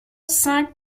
cinq